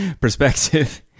perspective